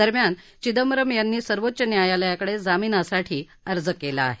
दरम्यान चिंदबरम यांनी सर्वोच्च न्यायालयाकडे जामीनासाठी अर्ज केला आहे